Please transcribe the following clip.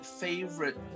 favorite